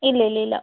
ഇല്ല ഇല്ല ഇല്ല